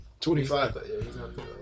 25